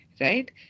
right